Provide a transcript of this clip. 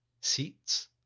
Seats